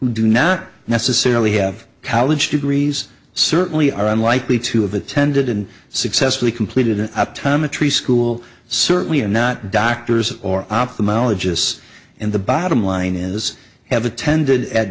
do not necessarily have college degrees certainly are unlikely to have attended and successfully completed an optometrist school certainly and not doctors or ophthalmologists and the bottom line is have attended at